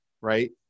right